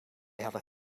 hadden